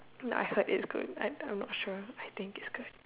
I heard it's good I not sure I think it's good